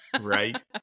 Right